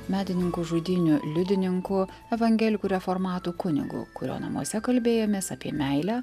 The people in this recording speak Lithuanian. medininkų žudynių liudininku evangelikų reformatų kunigu kurio namuose kalbėjomės apie meilę